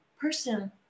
person